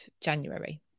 January